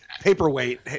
paperweight